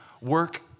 Work